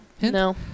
No